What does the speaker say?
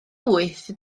wyth